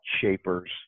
shapers